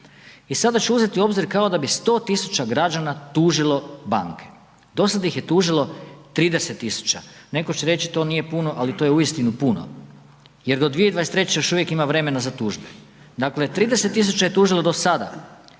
i sada ću uzeti u obzir kao da bi 100.000 građana tužilo banke. Do sada ih je tužilo 30.000. Neko će reći to nije puno, ali to je uistinu puno jer do 2023. još uvijek ima vremena za tužbe. Dakle 30.000 je tužilo do sada